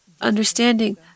understanding